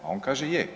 A on kaže je.